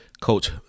Coach